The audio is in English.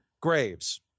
Graves